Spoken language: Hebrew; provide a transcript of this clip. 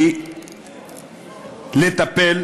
היא לטפל